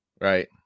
right